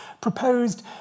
proposed